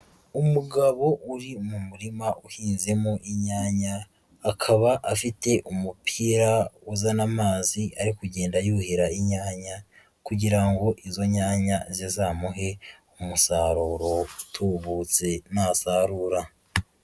Umugabo uri mu murima uhinzemo inyanya, akaba afite umupira uzana amazi, ari kugenda yuhira inyanya, kugira ngo izo nyanya zizamuhe umusaruro utubutse nasarura.